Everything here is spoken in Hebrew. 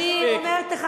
איפה נתניהו?